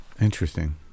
Interesting